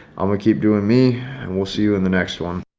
i'm gonna keep doing me and we'll see you in the next one.